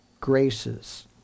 graces